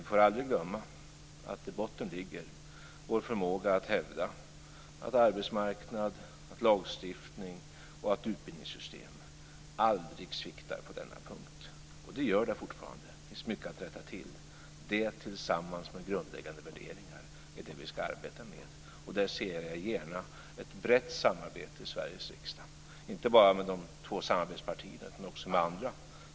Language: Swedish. Vi får aldrig glömma att i botten ligger vår förmåga att hävda att arbetsmarknad, lagstiftning och utbildningssystem aldrig sviktar på denna punkt. Det gör de fortfarande - det finns mycket att rätta till. Detta, tillsammans med grundläggande värderingar, är det som vi ska arbeta med. Där ser jag gärna ett brett samarbete i Sveriges riksdag - inte bara med de två samarbetspartierna utan också med andra.